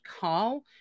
Carl